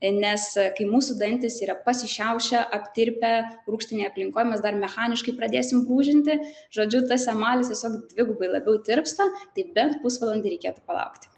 nes kai mūsų dantys yra pasišiaušę aptirpę rūgštinėj aplinkoj mes dar mechaniškai pradėsim brūžinti žodžiu tas emalis tiesiog dvigubai labiau tirpsta tai bent pusvalandį reikėtų palaukti